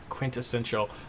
Quintessential